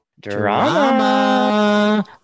Drama